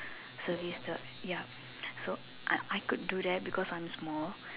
service the ya so I I could do that because I'm small